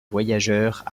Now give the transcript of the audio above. voyageurs